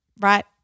right